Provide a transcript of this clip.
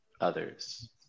others